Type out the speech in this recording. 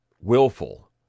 willful